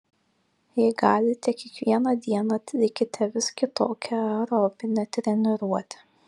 jei galite kiekvieną dieną atlikite vis kitokią aerobinę treniruotę